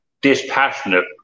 dispassionate